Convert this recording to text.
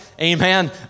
amen